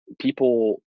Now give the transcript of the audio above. people